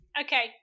okay